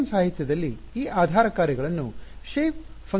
FEM ಸಾಹಿತ್ಯದಲ್ಲಿ ಈ ಆಧಾರ ಕಾರ್ಯಗಳನ್ನು ಆಕಾರ ಕಾರ್ಯಗಳು ಶೇಪ್ ಫಾಂಕ್ಷನ್ ಎಂದೂ ಕರೆಯುತ್ತಾರೆ